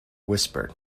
whisper